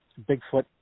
Bigfoot